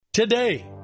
Today